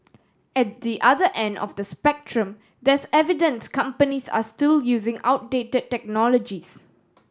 at the other end of the spectrum there's evidence companies are still using outdate technologies